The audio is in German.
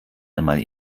einmal